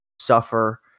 suffer